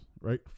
right